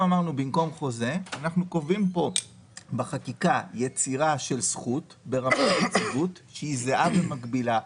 אמרנו שבמקום חוזה תהיה יצירה של זכות שהיא ברמת יציבות זהה ומקבילה.